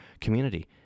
community